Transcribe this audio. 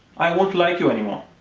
i won't like you anymore.